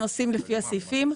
הנושאים והסעיפים,